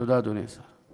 תודה, אדוני השר.